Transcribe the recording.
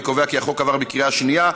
אני קובע כי הצעת החוק עברה בקריאה שנייה.